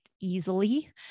easily